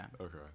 Okay